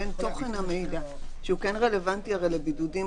בין תוכן המידע שהוא כן רלוונטי הרי לבידודים,